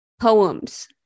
poems